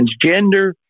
transgender